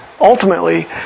ultimately